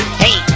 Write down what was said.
hey